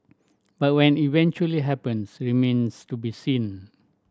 but what eventually happens remains to be seen